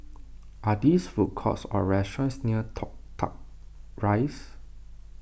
are these food courts or restaurants near Toh Tuck Rise